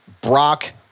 Brock